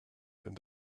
and